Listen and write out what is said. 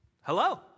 hello